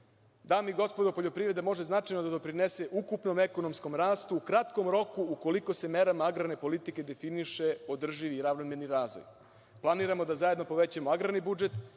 dame i gospodo poljoprivreda može značajno da doprinese ukupnom ekonomskom rastu u kratkom roku, ukoliko se merama agrarne politike definiše održivi i ravnomerni razvoj. Planiramo da zajedno povećamo agrarni budžet